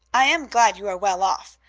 i am glad you are well off.